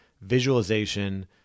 visualization